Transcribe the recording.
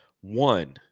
One